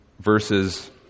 verses